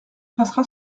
passera